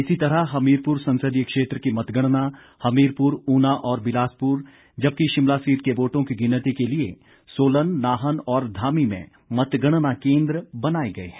इसी तरह हमीरपुर संसदीय क्षेत्र की मतगणना हमीरपुर ऊना और बिलासपुर जबकि शिमला सीट के वोटों की गिनती के लिये सोलन नाहन और धामी में मतगणना केंद्र बनाए गए हैं